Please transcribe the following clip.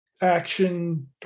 action